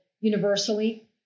universally